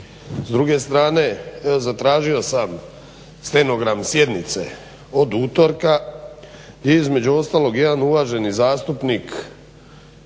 S druge strane zatražio sam stenogram sjednice od utorka di je između ostalog jedan uvaženi zastupnik